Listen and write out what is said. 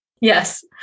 Yes